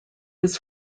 was